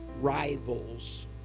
rivals